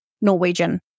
Norwegian